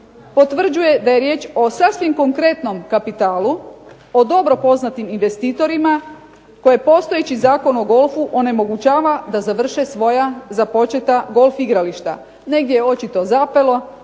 potvrđuje da je riječ o sasvim konkretnom kapitalu, o dobro poznatim investitorima koje postojeći Zakon o golfu onemogućava da završe svoja započeta golf igrališta. Negdje je očito zapelo